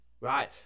Right